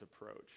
approach